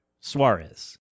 Suarez